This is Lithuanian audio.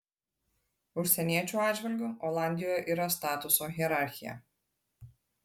užsieniečių atžvilgiu olandijoje yra statuso hierarchija